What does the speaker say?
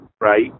right